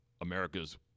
America's